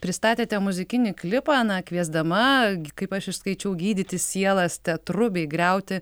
pristatėte muzikinį klipą na kviesdama kaip aš išskaičiau gydyti sielas teatru bei griauti